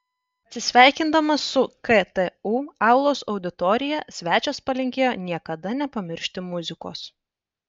atsisveikindamas su ktu aulos auditorija svečias palinkėjo niekada nepamiršti muzikos